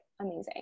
amazing